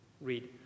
read